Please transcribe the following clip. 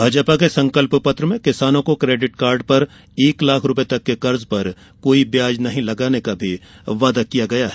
भाजपा के संकल्प पत्र में किसानों को केडिट कार्ड पर एक लाख रूपए तक के कर्ज पर कोई व्याज नहीं लगाने का भी वादा किया गया है